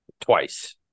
twice